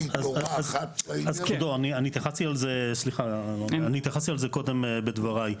אז כבודו אני התייחסתי על זה קודם בדבריי.